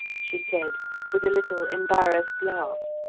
she said with a little embarrassed laugh,